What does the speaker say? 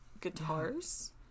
guitars